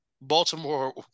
Baltimore